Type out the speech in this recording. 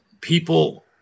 people